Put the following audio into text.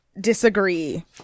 disagree